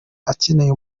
akeneye